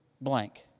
blank